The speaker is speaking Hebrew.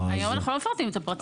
היום אנחנו לא מפרטים את הפרטים.